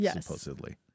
supposedly